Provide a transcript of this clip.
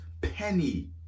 penny